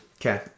okay